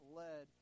led